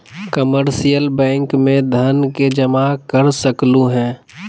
commercial bank में धन के जमा कर सकलु हें